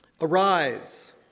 Arise